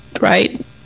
right